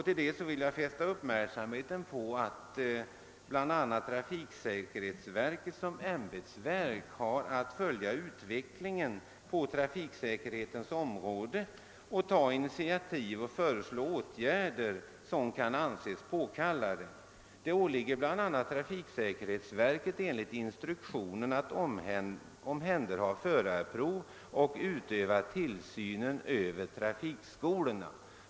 Jag vill fästa uppmärksamheten på att bl a. trafiksäkerhetsverket som ämbetsverk har att följa utvecklingen på trafikens område och ta de initiativ och föreslå de åtgärder som kan anses påkallade. Det åligger bl.a. trafiksäkerhetsverket enligt instruktionen att omhänderha förarprov och utöva tillsynen över trafikskolorna.